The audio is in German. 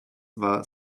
war